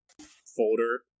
folder